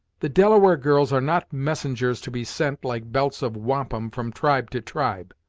the delaware girls are not messengers to be sent, like belts of wampum, from tribe to tribe.